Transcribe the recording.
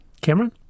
Cameron